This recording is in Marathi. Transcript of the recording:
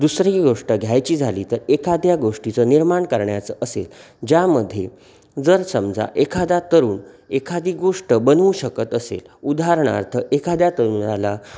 दुसरी गोष्ट घ्यायची झाली तर एखाद्या गोष्टीचं निर्माण करण्याचं असेल ज्यामध्ये जर समजा एखादा तरुण एखादी गोष्ट बनवू शकत असेल उदाहरणार्थ एखाद्या तरुणाला